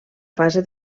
fase